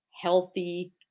healthy